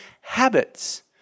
habits